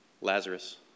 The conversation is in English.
Lazarus